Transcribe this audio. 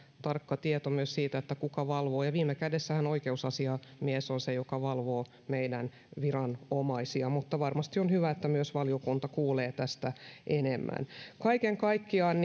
tarkka tieto myös siitä kuka valvoo ja viime kädessähän oikeusasiamies on se joka valvoo meidän viranomaisia mutta varmasti on hyvä että valiokunta kuulee tästä enemmän kaiken kaikkiaan